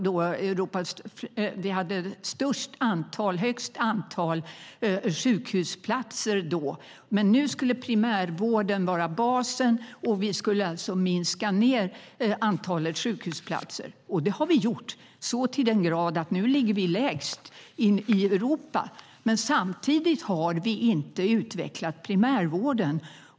Vi hade då högst antal sjukhusplatser i Europa. Men nu skulle primärvården vara basen, och vi skulle alltså minska antalet sjukhusplatser. Det har vi gjort så till den grad att vi nu ligger lägst i Europa. Men samtidigt har vi inte utvecklat primärvården.